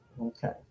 Okay